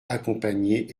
accompagnée